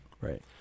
Right